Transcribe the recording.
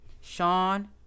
Sean